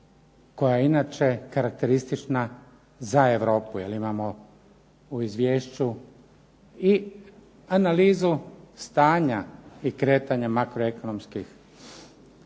koja je inače karakteristična za Europu jer imamo u izvješću i analizu stanja i kretanja makroekonomskih